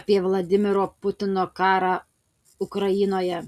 apie vladimiro putino karą ukrainoje